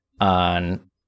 on